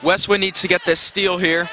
west we need to get the steal here